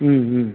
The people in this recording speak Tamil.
ம் ம்